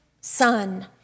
son